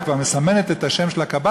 והיא כבר מסמנת את השם של הקב"ט,